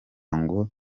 ngo